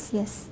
yes